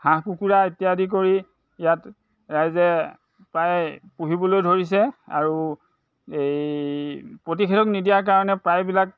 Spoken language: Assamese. হাঁহ কুকুৰা ইত্যাদি কৰি ইয়াত ৰাইজে প্ৰায় পুহিবলৈ ধৰিছে আৰু এই প্ৰতিষেধক নিদিয়াৰ কাৰণে প্ৰায়বিলাক